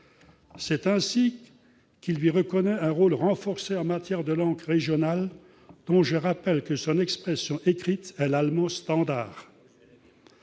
ferroviaires. Il lui reconnaît également un rôle renforcé en matière de langue régionale, dont je rappelle que son expression écrite est l'allemand standard.